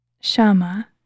Shama